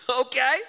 Okay